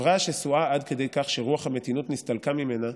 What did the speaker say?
"חברה השסועה עד כדי כך שרוח המתינות נסתלקה ממנה,